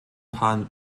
paar